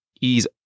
ease